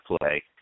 play